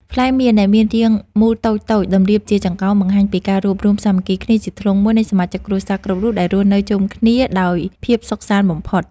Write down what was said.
ផ្លែមៀនដែលមានរាងមូលតូចៗតម្រៀបជាចង្កោមបង្ហាញពីការរួបរួមសាមគ្គីគ្នាជាធ្លុងមួយនៃសមាជិកគ្រួសារគ្រប់រូបដែលរស់នៅជុំគ្នាដោយភាពសុខសាន្តបំផុត។